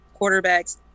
quarterbacks